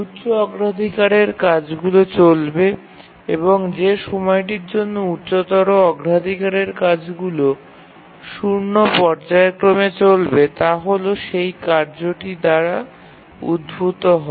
উচ্চ অগ্রাধিকারের কাজগুলি চলবে এবং যে সময়টির জন্য উচ্চতর অগ্রাধিকারের কাজগুলি 0 পর্যায়ক্রমে চলবে তা হল সেই কার্যটি যা উদ্ভূত হয়